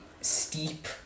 steep